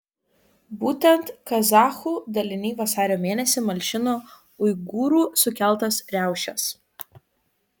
būtent kazachų daliniai vasario mėnesį malšino uigūrų sukeltas riaušes